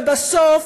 ובסוף,